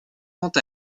quant